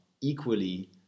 equally